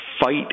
fight